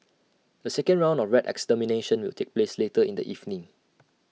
A second round of rat extermination will take place later in the evening